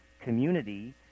community